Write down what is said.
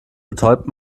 betäubt